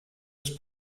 was